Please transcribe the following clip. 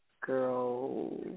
girl